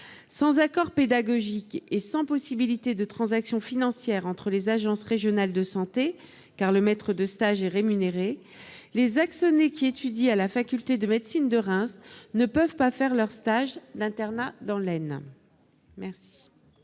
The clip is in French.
Sans accord pédagogique et sans possibilité de transaction financière entre les agences régionales de santé- le maître de stage étant rémunéré -, les Axonais qui étudient à la faculté de médecine de Reims ne peuvent pas faire leur stage d'internat dans l'Aisne. Quel